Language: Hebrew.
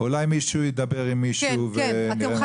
אולי מישהו ידבר עם מישהו ונראה מה עושים.